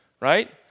right